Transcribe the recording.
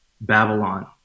Babylon